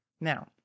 Now